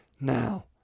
Now